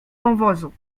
wąwozu